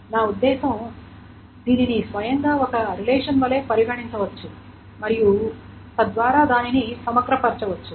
నా ఉద్దేశ్యం దీనిని స్వయంగా ఒక రిలేషన్ వలె పరిగణించవచ్చు మరియు తర్వాత దానిని సమగ్రపరచవచ్చు